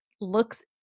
looks